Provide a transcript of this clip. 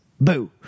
boo